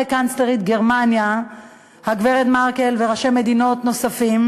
קנצלרית גרמניה הגברת מרקל וראשי מדינות נוספים,